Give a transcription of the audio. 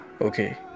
Okay